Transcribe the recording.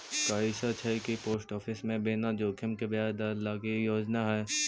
का ई सच हई कि पोस्ट ऑफिस में बिना जोखिम के ब्याज दर लागी योजना हई?